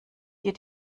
hier